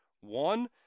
One